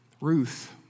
Ruth